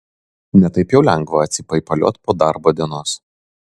ne taip jau lengva atsipaipaliot po darbo dienos